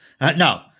No